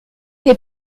est